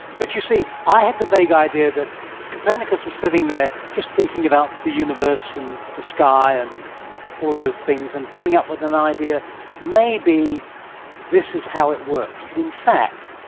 but, you see, i had the vague idea that copernicus was sitting there just thinking about the universe and the sky and all those things, and coming up with an idea maybe this is how it works. but in fact,